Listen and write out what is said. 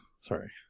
Sorry